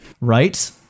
right